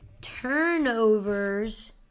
turnovers